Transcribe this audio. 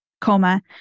coma